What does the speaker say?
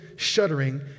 shuddering